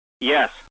Yes